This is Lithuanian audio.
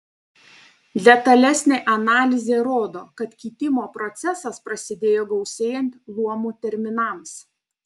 detalesnė analizė rodo kad kitimo procesas prasidėjo gausėjant luomų terminams